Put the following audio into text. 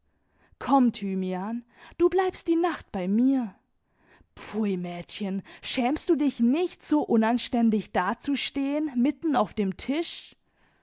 thymian du bleibst die nacht bei mir pfui mädchen schämst du dich nicht so unanständig dazustehen mitten auf dem tisch